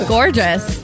Gorgeous